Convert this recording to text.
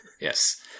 Yes